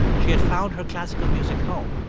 she had found her classical music home.